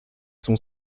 son